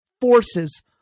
forces